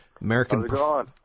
American